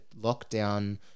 lockdown